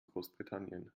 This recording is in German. großbritannien